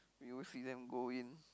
we always see them go in